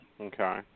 Okay